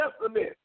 Testament